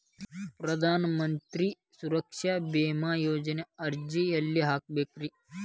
ಪ್ರಧಾನ ಮಂತ್ರಿ ಸುರಕ್ಷಾ ಭೇಮಾ ಯೋಜನೆ ಅರ್ಜಿ ಎಲ್ಲಿ ಹಾಕಬೇಕ್ರಿ?